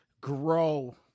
grow